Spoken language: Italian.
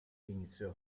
iniziò